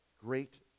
great